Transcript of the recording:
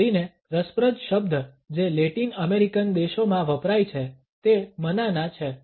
ખાસ કરીને રસપ્રદ શબ્દ જે લેટિન અમેરિકન દેશોમાં વપરાય છે તે મનાના છે